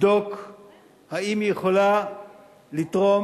לבדוק האם היא יכולה לתרום